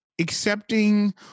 accepting